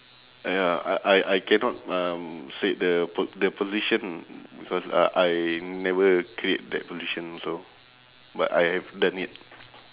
ya I I I cannot um say the p~ the position because uh I never create that position also but I have done it